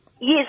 Yes